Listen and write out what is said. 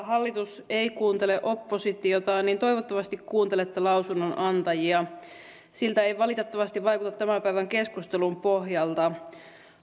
hallitus ei kuuntele oppositiota niin toivottavasti kuuntelette lausunnonantajia siltä ei valitettavasti vaikuta tämän päivän keskustelun pohjalta